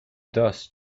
dust